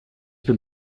bin